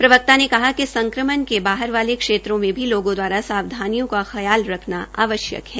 प्रवक्ता ने कहा कि संक्रमण के बाहर वाले क्षेत्रों में भी लोगों द्वारा सावधानियों का ख्याल रखना आवश्यक है